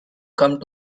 come